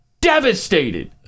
devastated